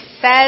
says